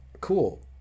cool